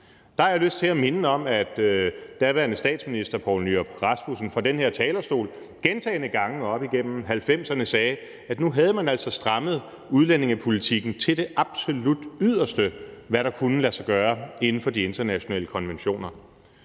der har jeg lyst til at minde om, at daværende statsminister Poul Nyrup Rasmussen fra den her talerstol gentagne gange op igennem 1990'erne sagde, at nu havde man altså strammet udlændingepolitikken til det absolut yderste, med hensyn til hvad der kunne lade sig gøre inden for de internationale konventioner.